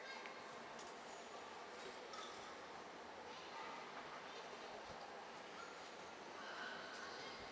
herb